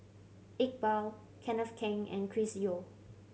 Iqbal Kenneth Keng and Chris Yeo